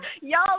Y'all